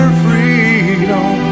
freedom